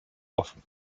offen